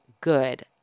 good